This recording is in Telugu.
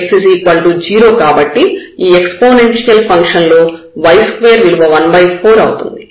x 0 కాబట్టి ఈ ఎక్స్పోనెన్షియల్ ఫంక్షన్ లో y2 విలువ 14 అవుతుంది